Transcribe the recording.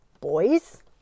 boys